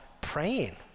praying